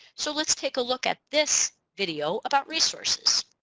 so let's take a look at this video about resources.